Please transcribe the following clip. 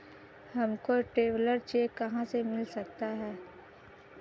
हमको traveller cheque कहाँ से मिल सकता है?